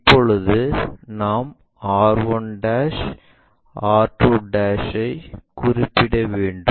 இப்போது நாம் r 1 r 2 ஐ குறிப்பிட வேண்டும்